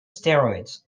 steroids